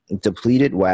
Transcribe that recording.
depleted